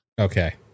Okay